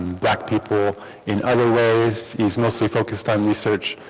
black people in other ways is mostly focused on research